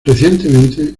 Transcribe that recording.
recientemente